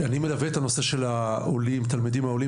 אני מלווה את הנושא של התלמידים העולים